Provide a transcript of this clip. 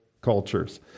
cultures